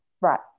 Right